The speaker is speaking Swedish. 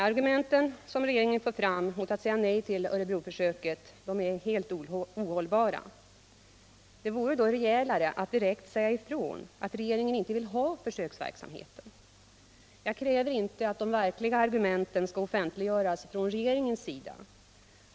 Argumenten som regeringen för fram mot försöksverksamheten i Örebro är helt ohållbara. Det vore då rejälare att direkt säga ifrån att regeringen inte vill ha försöksverksamheten. Jag kräver inte att regeringen skall offentliggöra de verkliga argumenten.